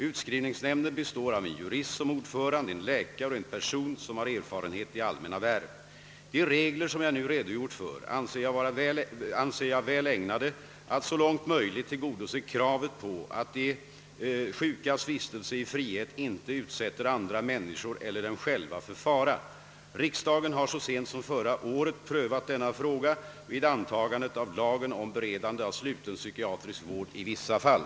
Utskrivningsnämnden består av en jurist som ordförande, en läkare och en person som har erfarenhet i allmänna värv. De regler som jag nu redogjort för anser jag väl ägnade att så långt möjligt tillgodose kravet på att de sjukas vistelse i frihet inte utsätter andra människor eller dem själva för fara. Riksdagen har så sent som förra året prövat denna fråga vid antagandet av lagen om Beredande av sluten psykiatrisk vård i vissa fall.